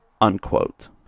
unquote